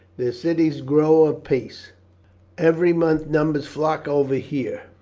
their cities grow apace every month numbers flock over here.